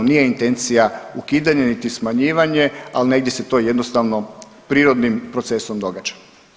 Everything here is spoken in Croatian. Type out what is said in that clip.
Nije intencija ukidanje, niti smanjivanja, ali negdje se to jednostavno prirodnim procesom događa.